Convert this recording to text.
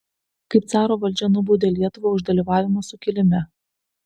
kaip caro valdžia nubaudė lietuvą už dalyvavimą sukilime